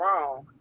wrong